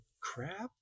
crap